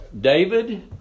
David